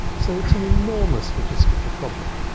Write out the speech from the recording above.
so it's an enormous logistical problem,